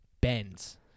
bends